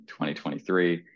2023